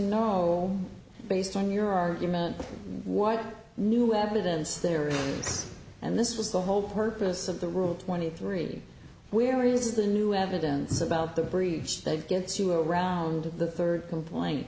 know based on your argument what new evidence there are and this was the whole purpose of the rule twenty three where is the new evidence about the breach that gets you around the third complaint